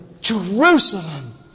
Jerusalem